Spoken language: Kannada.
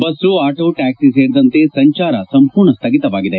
ಬಸ್ತು ಆಟೋ ಟ್ಯಾಕ್ಷಿ ಸೇರಿದಂತೆ ಸಂಚಾರ ಸಂಪೂರ್ಣ ಸ್ನಗಿತವಾಗಿದೆ